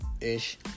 ish